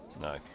no